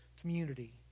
community